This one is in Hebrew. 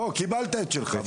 קיבלת את שלך.